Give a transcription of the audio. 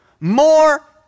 more